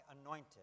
anointed